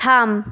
থাম